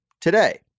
today